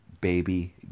baby